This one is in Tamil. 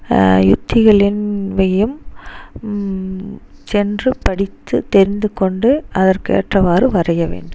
யுத்திகளின் வையும் சென்று படித்து தெரிந்து கொண்டு அதற்கு ஏற்றவாறு வரைய வேண்டும்